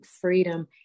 Freedom